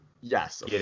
Yes